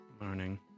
Morning